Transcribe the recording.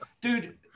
dude